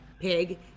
pig